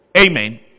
Amen